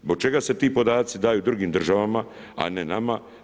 Zbog čega se ti podaci daju drugim državama, a ne nama?